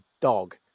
dog